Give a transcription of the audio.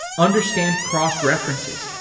understand cross-references,